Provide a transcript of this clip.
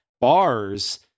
bars